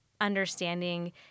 understanding